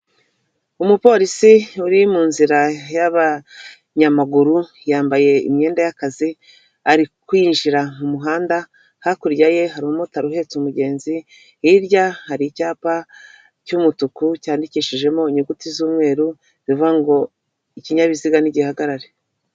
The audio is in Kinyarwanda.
Umupolisi uri mu nzira y'abanyamaguru, yambaye imyenda y'akazi, ari kwinjira mu muhanda, hakurya ye hari umumotari uhetse umugenzi, hirya hari icyapa cy'umutuku cyandikishijemo inyuguti z'umweru zivuga ngo ikinyabiziga nigihagarare.